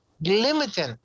limiting